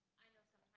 i know that